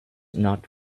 not